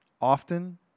Often